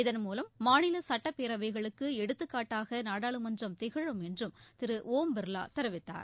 இதன்மூலம் மாநில சட்டப்பேரவைகளுக்கு எடுத்துக்கட்டாக நாடாளுமன்றம் திகழும் என்றும் திரு ஒம் பிர்வா தெரிவித்தார்